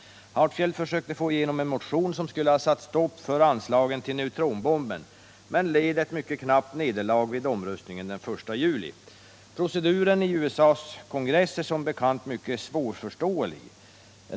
Hatfield försökte få igenom en motion som skulle ha satt stopp för anslagen till neutronbomben, men led ett mycket knappt nederlag vid omröstningen den 1 juli. Proceduren i USA:s kongress är som bekant mycket svårförståelig.